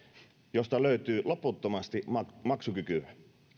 josta löytyy loputtomasti maksukykyä